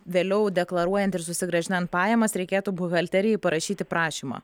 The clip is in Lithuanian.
vėliau deklaruojant ir susigrąžinant pajamas reikėtų buhalterijai parašyti prašymą